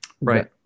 right